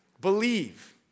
believe